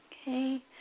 Okay